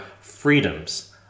freedoms